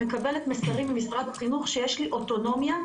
מקבלת מסרים ממשרד החינוך שיש לי אוטונומיה,